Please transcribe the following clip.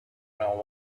know